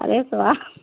अरे तो आप